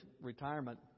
retirement